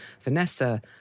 Vanessa